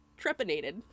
trepanated